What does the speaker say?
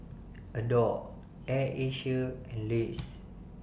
Adore Air Asia and Lays